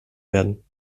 werden